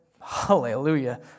hallelujah